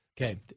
Okay